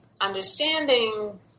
understanding